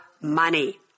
money